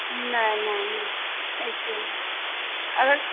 नहीं नहीं नहीं ऐसे नहीं अगर